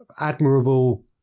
admirable